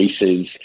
races